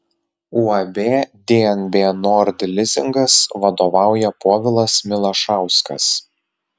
uab dnb nord lizingas vadovauja povilas milašauskas